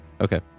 Okay